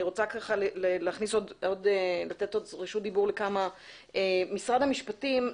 ואני רוצה לתת רשות דיבור לעוד משתתפים.